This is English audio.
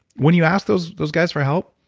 when you asked those those guys for help,